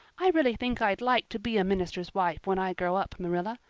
i really think i'd like to be a minister's wife when i grow up, marilla.